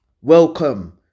Welcome